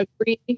agree